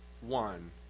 one